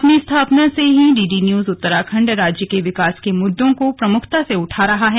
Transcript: अपनी स्थापना के साथ से ही डीडी न्यूज उत्तराखंड राज्य के विकास के मुद्दों को प्रमुखता से उठा रहा है